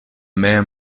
man